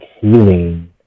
healing